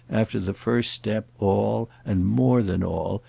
after the first step, all, and more than all,